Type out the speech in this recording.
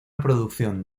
producción